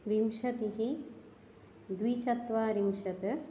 विंशतिः द्विचत्वारिंशत्